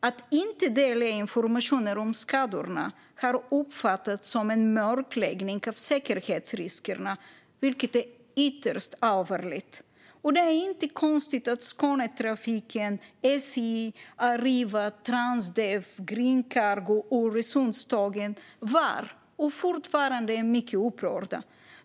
Att inte delge informationen om skadorna har uppfattats som en mörkläggning av säkerhetsriskerna, vilket är ytterst allvarligt. Det är inte konstigt att Skånetrafiken, SJ, Arriva, Transdev, Green Cargo och Öresundstågen var och fortfarande är mycket upprörda.